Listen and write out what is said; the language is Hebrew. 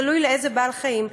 תלוי לאיזה בעל-חיים.